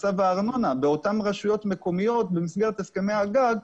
את מצב הארנונה באותן רשויות מקומיות - במסגרת הסכמי הגג,